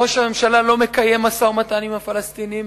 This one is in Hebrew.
ראש הממשלה לא מקיים משא-ומתן עם הפלסטינים,